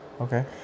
Okay